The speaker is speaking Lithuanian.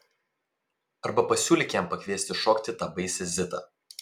arba pasiūlyk jam pakviesti šokti tą baisią zitą